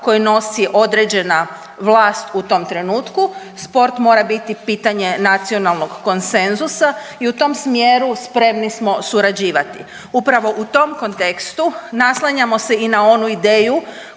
koju nosi određena vlast u tom trenutku sport mora biti pitanje nacionalnog konsenzusa i u tom smjeru spremni smo surađivati. Upravo u tom kontekstu naslanjamo se i na onu ideju